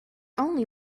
only